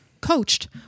coached